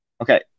okay